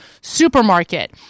supermarket